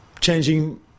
changing